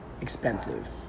expensive